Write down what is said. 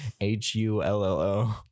H-U-L-L-O